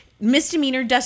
misdemeanor